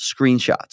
screenshots